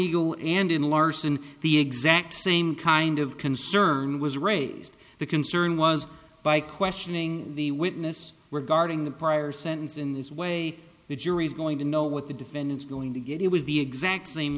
and in larson the exact same kind of concern was raised the concern was by questioning the witness were guarding the prior sentence in this way the jury's going to know what the defendant's going to get it was the exact same